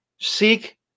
Seek